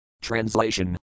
Translation